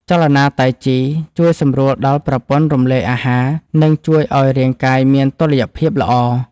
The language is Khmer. ចលនាតៃជីជួយសម្រួលដល់ប្រព័ន្ធរំលាយអាហារ និងជួយឱ្យរាងកាយមានតុល្យភាពល្អ។